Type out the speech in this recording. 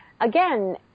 again